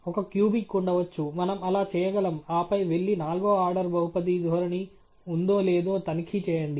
ఒక క్యూబిక్ ఉండవచ్చు మనం అలా చేయగలం ఆపై వెళ్లి నాల్గవ ఆర్డర్ బహుపది ధోరణి ఉందో లేదో తనిఖీ చేయండి